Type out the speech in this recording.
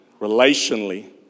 relationally